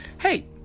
Hey